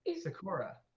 Sakura